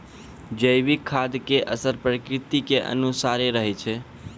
जैविक खाद के असर प्रकृति के अनुसारे रहै छै